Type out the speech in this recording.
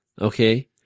Okay